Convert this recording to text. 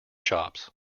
shops